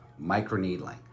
microneedling